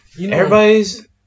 everybody's